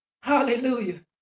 Hallelujah